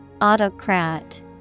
Autocrat